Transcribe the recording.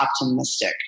optimistic